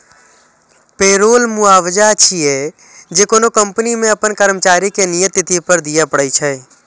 payroll मुआवजा छियै, जे कोनो कंपनी कें अपन कर्मचारी कें नियत तिथि पर दियै पड़ै छै